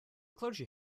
clergy